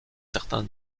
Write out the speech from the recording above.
certains